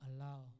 allow